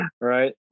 Right